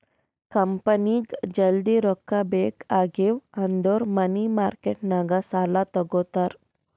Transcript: ಕಂಪನಿಗ್ ಜಲ್ದಿ ರೊಕ್ಕಾ ಬೇಕ್ ಆಗಿವ್ ಅಂದುರ್ ಮನಿ ಮಾರ್ಕೆಟ್ ನಾಗ್ ಸಾಲಾ ತಗೋತಾರ್